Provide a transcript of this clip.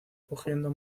cogiendo